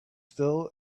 still